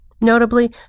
Notably